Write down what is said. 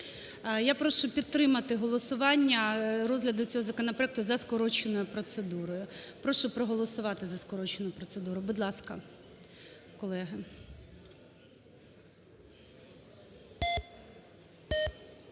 Я прошу підтримати голосування розгляду цього законопроекту за скороченою процедурою. Прошу проголосувати за скорочену процедуру, будь ласка, колеги.